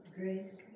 Grace